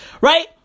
Right